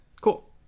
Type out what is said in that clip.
Cool